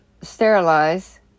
sterilize